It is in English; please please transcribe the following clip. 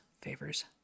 favors